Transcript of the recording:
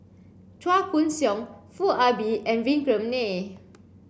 Chua Koon Siong Foo Ah Bee and Vikram Nair